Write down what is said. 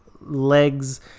legs